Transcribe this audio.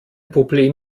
problem